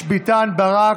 יואב קיש, דוד ביטן, קרן ברק,